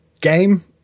game